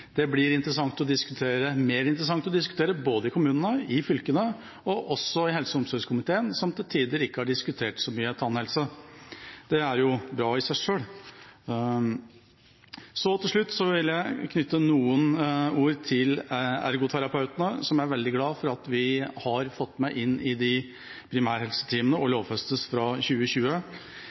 det blir interessant å diskutere – mer interessant – både i kommunene, i fylkene og også i helse- og omsorgskomiteen, som til tider ikke har diskutert så mye tannhelse. Det er jo bra i seg selv. Til slutt vil jeg knytte noen ord til ergoterapeutene, som jeg er veldig glad for at vi har fått med inn i primærhelseteamene, at de lovfestes fra 2020.